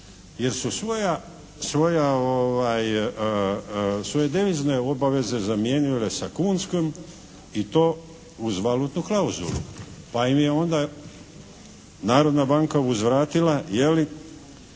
jer su svoje devizne obaveze zamijenile sa kunskom i to uz valutnu klauzulu pa im je onda Narodna banka uzvratila